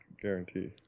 guarantee